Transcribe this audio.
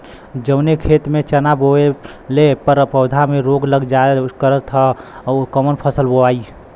जवने खेत में चना बोअले पर पौधा में रोग लग जाईल करत ह त कवन फसल बोआई?